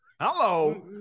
Hello